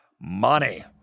money